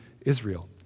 Israel